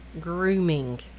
grooming